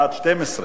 בעד, 12,